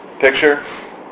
Picture